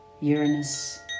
Uranus